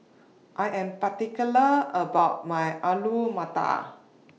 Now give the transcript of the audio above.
I Am particular about My Alu Matar